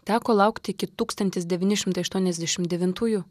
teko laukti iki tūkstantis devyni šimtai aštuoniasdešimt devintųjų